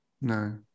No